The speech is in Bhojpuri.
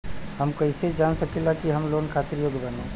हम कईसे जान सकिला कि हम लोन खातिर योग्य बानी?